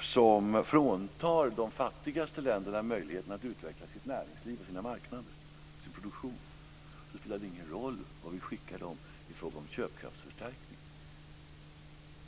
som fråntar de fattigaste länderna möjligheten att utveckla sitt näringsliv, sina marknader och sin produktion spelar det ingen roll vad vi skickar dem i fråga om köpkraftsförstärkning.